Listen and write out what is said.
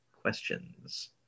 questions